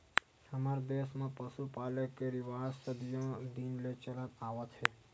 हमर देस म पसु पाले के रिवाज सदियो दिन ले चलत आवत हे